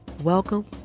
welcome